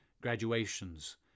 graduations